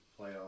playoff